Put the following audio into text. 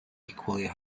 equally